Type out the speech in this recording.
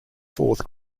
fourth